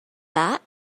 that